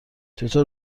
چطور